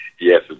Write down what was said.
Yes